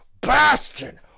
bastion